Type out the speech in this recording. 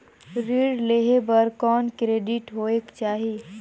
ऋण लेहे बर कौन क्रेडिट होयक चाही?